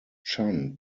chan